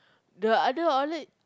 the other outlet